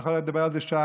אני יכול לדבר על זה שעה.